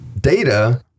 data